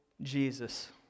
Jesus